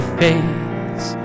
face